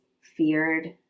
feared